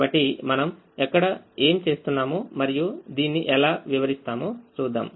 కాబట్టి మనం ఎక్కడ ఏం చేస్తున్నామో మరియు దీన్ని ఎలావివరిస్తామో చూద్దాం